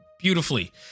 beautifully